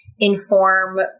inform